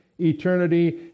eternity